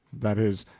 that is,